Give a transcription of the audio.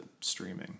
streaming